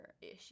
issue